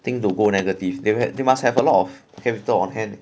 thing to go negative they had they must have a lot of capital on hand